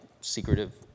secretive